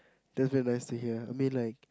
that's very nice to hear I mean like